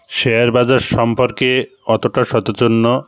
share বাজার সম্পর্কে অতটা সচেতন ন